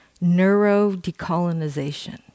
neuro-decolonization